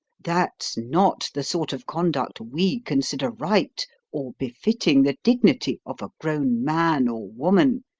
that's not the sort of conduct we consider right or befitting the dignity of a grown man or woman,